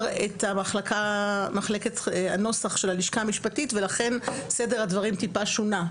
את מחלקת הנוסח של הלשכה המשפטית ולכן סדר הדברים טיפה שונה,